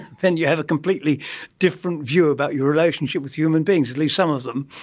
then you have a completely different view about your relationship with human beings, at least some of them.